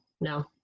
no